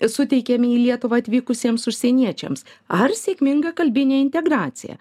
suteikiame į lietuvą atvykusiems užsieniečiams ar sėkminga kalbinė integracija